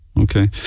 okay